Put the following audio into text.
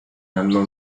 unknown